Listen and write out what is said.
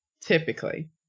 typically